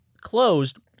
closed